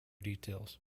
details